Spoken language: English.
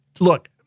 Look